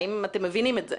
האם אתם מבינים את זה?